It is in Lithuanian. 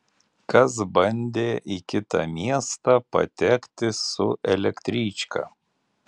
kas bandė į kitą miestą patekti su elektryčka